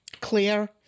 clear